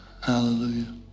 Hallelujah